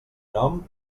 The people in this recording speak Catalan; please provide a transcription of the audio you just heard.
nom